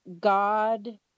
God